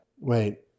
Wait